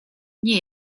nie